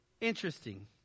Interesting